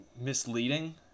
misleading